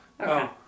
Okay